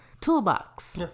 Toolbox